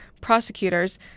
prosecutors